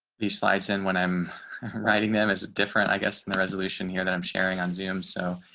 these slides in when i'm writing them as a different, i guess, the resolution here that i'm sharing on zoom. so